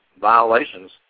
violations